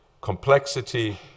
complexity